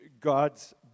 God's